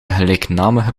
gelijknamige